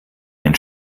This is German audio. ein